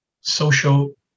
social